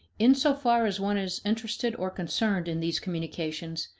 in so far as one is interested or concerned in these communications,